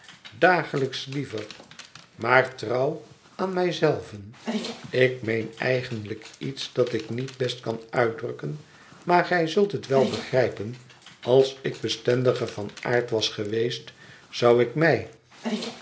dagelijks liever maar trouw aan mij zelven ik meen eigenlijk iets dat ik niet best kan uitdrukken maar gij zult het wel begrijpen als ik bestendiger van aard was geweest zou ik mij